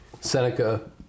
Seneca